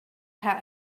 had